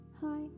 Hi